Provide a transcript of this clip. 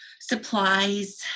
supplies